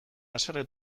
haserre